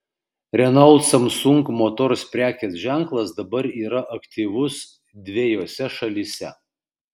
renault samsung motors prekės ženklas dabar yra aktyvus dvejose šalyse